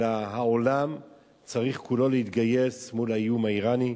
אלא העולם צריך כולו להתגייס מול האיום האירני,